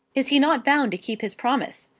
is he not bound to keep his promise?